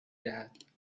دهد